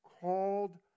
called